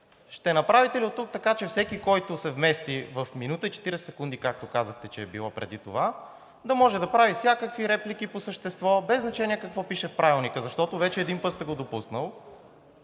ще направите ли оттук така, че всеки, който се вмести в минута и 40 секунди, както казахте, че е било преди това, да може да прави всякакви реплики по същество без значение какво пише в Правилника, защото вече един път сте го допуснали